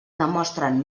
demostren